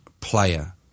player